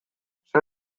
zer